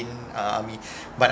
in uh me~ but I